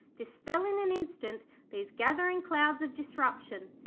dispel in an instant these gathering clouds of disruption.